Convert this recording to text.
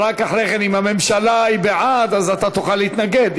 רק אחרי כן, אם הממשלה היא בעד, אתה תוכל להתנגד.